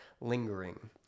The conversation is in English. lingering